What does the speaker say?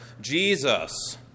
Jesus